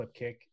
clipkick